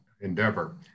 endeavor